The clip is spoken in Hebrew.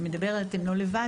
"אתם/ן לא לבד",